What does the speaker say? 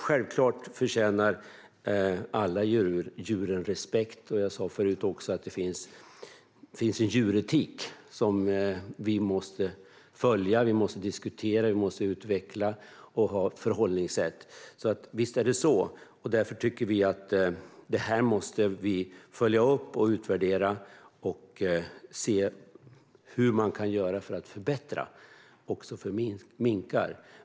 Självklart förtjänar alla djur respekt, och som jag sa tidigare finns det en djuretik som vi måste följa. Vi måste diskutera och utveckla vårt förhållningssätt, och därför måste vi följa upp och utvärdera och se hur man kan förbättra också för minkar.